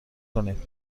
کنید